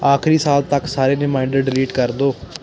ਆਖਰੀ ਸਾਲ ਤੱਕ ਸਾਰੇ ਰੀਮਾਇਨਡਰ ਡਿਲੀਟ ਕਰ ਦੋ